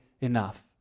enough